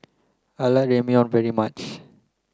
I like Ramyeon very much